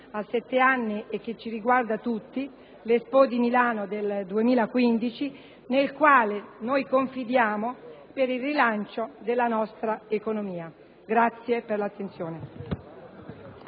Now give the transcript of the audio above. a sette anni e che ci riguarda tutti, l'Expo di Milano del 2015, nel quale confidiamo per il rilancio della nostra economia. *(Applausi